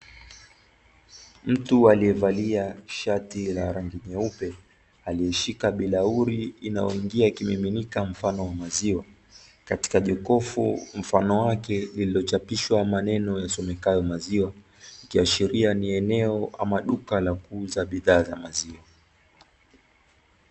Mtu aliyevalia shati la rangi nyeupe aliyeshika bilauri inayoingia kimiminika mfano wa maziwa, katika jokofu mfano wake lililochapishwa maneno yasomekayo maziwa, ikiashiria ni eneo ama duka la kuuza bidhaa za maziwa.